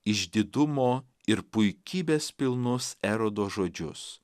išdidumo ir puikybės pilnus erodo žodžius